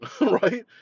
right